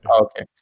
Okay